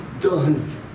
done